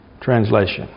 translation